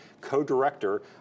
co-director